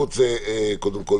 יעקב, מילה.